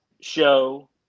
show